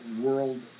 world